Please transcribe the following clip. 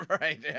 Right